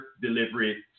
delivery